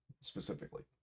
Specifically